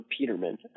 Peterman